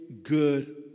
Good